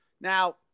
Now